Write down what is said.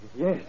Yes